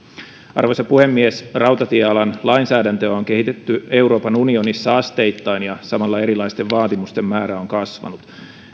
arvoisa puhemies rautatiealan lainsäädäntöä on kehitetty euroopan unionissa asteittain ja samalla erilaisten vaatimusten määrä on kasvanut